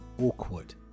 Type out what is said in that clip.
Awkward